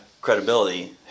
credibility